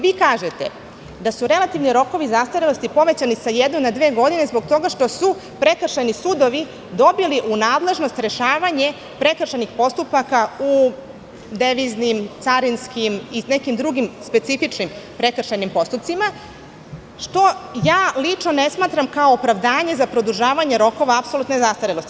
Vi kažete da su relativni rokovi zastarelosti povećani sa jedne na dve godine zbog toga što su prekršajni sudovi dobili u nadležnost rešavanje prekršajnih postupaka u deviznim, carinskim i nekim drugim specifičnim prekršajnim postupcima, što ja lično ne smatram kao opravdanje za produžavanje rokova apsolutne zastarelosti.